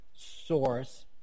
Source